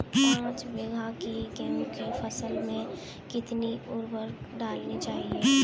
पाँच बीघा की गेहूँ की फसल में कितनी उर्वरक डालनी चाहिए?